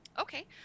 Okay